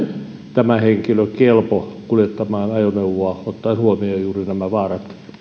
tämä henkilö kelpo kuljettamaan ajoneuvoa ottaen huomioon juuri nämä vaarat